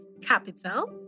capital